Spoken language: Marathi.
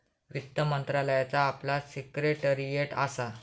वित्त मंत्रालयाचा आपला सिक्रेटेरीयेट असा